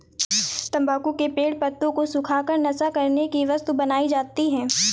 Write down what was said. तम्बाकू के पेड़ पत्तों को सुखा कर नशा करने की वस्तु बनाई जाती है